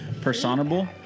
personable